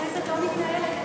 הכנסת לא מתנהלת,